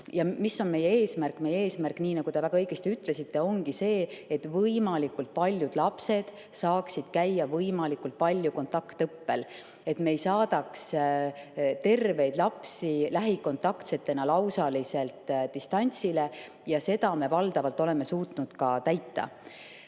on meie eesmärk? Meie eesmärk, nii nagu te väga õigesti ütlesite, ongi see, et võimalikult paljud lapsed saaksid käia võimalikult palju kontaktõppel, et me ei saadaks terveid lapsi lähikontaktsetena lausaliselt distantsile. Ja seda me valdavalt oleme suutnud ka täita. Kui